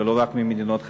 ולא רק מחבר המדינות,